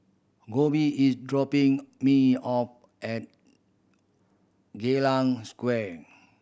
Kolby is dropping me off at Geylang Square